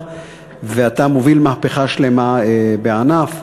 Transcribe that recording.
ואתה מוביל מהפכה שלמה בענף.